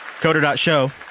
Coder.show